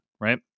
Right